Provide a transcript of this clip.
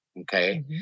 okay